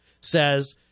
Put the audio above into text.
says